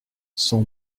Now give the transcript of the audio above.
son